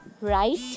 Right